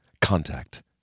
Contact